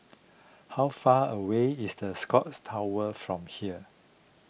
how far away is the Scotts Tower from here